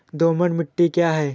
दोमट मिट्टी क्या है?